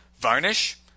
Varnish